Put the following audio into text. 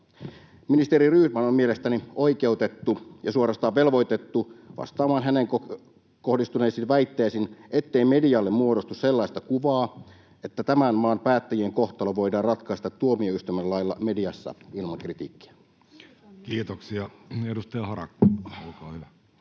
Ministeri Rydman on mielestäni oikeutettu ja suorastaan velvoitettu vastaamaan hänen kohdistuneisiin väitteisiin, ettei medialle muodostu sellaista kuvaa, että tämän maan päättäjien kohtalo voidaan ratkaista tuomioistuimen lailla mediassa ilman kritiikkiä. [Speech 113] Speaker: Jussi